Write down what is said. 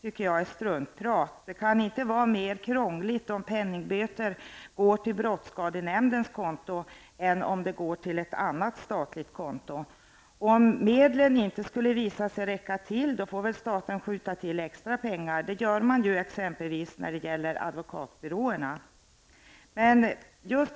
Detta är struntprat. Det kan inte vara mer krångligt om penningböter går till brottsskadenämndens konto än om de går till ett annat statligt konto. Om medlen inte skulle visa sig räcka till får väl staten skjuta till extra pengar. Det gör man ju exempelvis när det gäller advokatbyråerna.